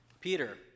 Peter